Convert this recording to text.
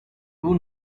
who